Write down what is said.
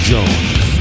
Jones